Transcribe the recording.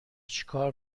چیکار